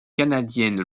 canadienne